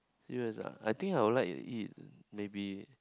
serious ah I think I would like to eat maybe